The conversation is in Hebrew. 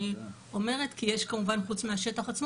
אני אומרת כי יש כמובן חוץ מהשטח עצמו